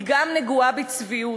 היא גם נגועה בצביעות.